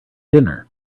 dinner